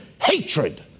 hatred